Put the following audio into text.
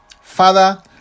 Father